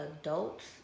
adults